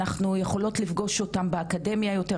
אנחנו יכולות לפגוש אותן באקדמיה יותר,